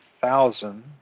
thousand